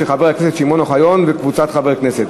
של חבר הכנסת שמעון אוחיון וקבוצת חברי הכנסת.